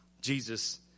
Jesus